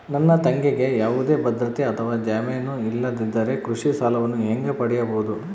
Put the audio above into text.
ನನ್ನ ತಂಗಿಗೆ ಯಾವುದೇ ಭದ್ರತೆ ಅಥವಾ ಜಾಮೇನು ಇಲ್ಲದಿದ್ದರೆ ಕೃಷಿ ಸಾಲವನ್ನು ಹೆಂಗ ಪಡಿಬಹುದು?